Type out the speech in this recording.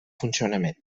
funcionament